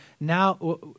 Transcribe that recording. now